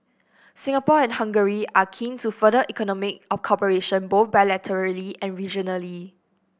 Singapore and Hungary are keen to further economic cooperation both bilaterally and regionally